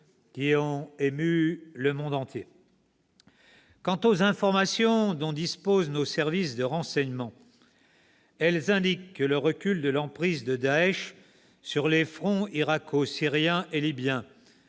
qui ont ému le monde entier. Les informations dont disposent nos services de renseignement indiquent que le recul de l'emprise de Daech sur les fronts irako-syriens et libyens